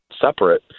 separate